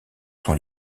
son